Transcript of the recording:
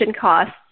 costs